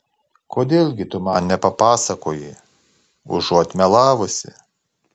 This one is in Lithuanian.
kodėl gi tu man nepapasakoji užuot melavusi